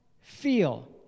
feel